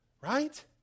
Right